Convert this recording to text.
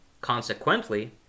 Consequently